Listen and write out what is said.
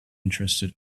interested